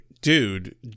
dude